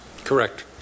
Correct